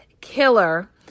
killer